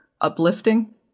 uplifting